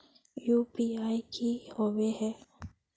UPI की होबे है?